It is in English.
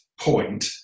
point